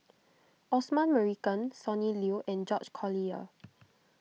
Osman Merican Sonny Liew and George Collyer